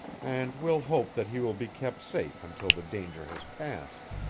and we'll hope that he will be kept safe until the danger has passed.